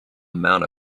amount